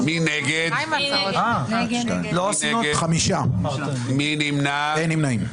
בעד, חמישה נגד, אין נמנעים.